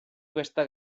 questa